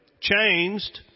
changed